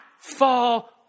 Fall